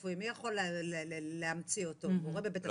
אני לא אשכח בחיים את יום הכיפור שהתפללתי לידו בבית החולים.